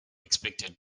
expected